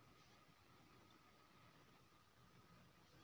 दोकान खोलबाक लेल वाणिज्यिक ऋण भेटैत छै